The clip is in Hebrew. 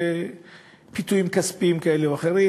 בפיתויים כספיים כאלה ואחרים,